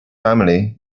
family